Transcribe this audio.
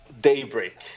Daybreak